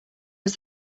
was